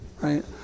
right